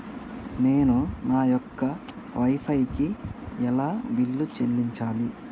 నేను నా యొక్క వై ఫై కి ఎలా బిల్లు చెల్లించాలి?